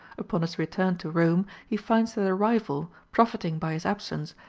upon his return to rome he finds that a rival, profiting by his absence,